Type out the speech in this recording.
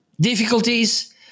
difficulties